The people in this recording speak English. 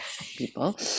people